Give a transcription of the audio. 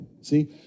see